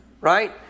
right